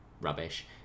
rubbish